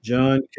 John